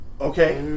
Okay